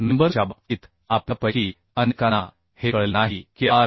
member च्या बाबतीत आपल्यापैकी अनेकांना हे कळले नाही की आर